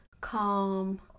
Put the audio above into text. calm